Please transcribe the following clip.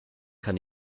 kann